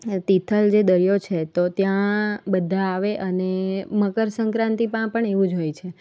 એ તિથલ જે દરિયો છે તો ત્યાં બધા આવે અને મકર સંક્રાંતિમાં પણ એવું જ હોય છે